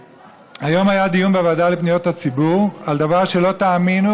היום היה דיון בוועדה לפניות הציבור על דבר שלא תאמינו,